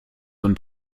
und